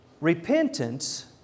Repentance